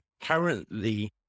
currently